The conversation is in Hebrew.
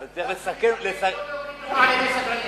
אני מבקש לא להוריד אותו על-ידי סדרנים.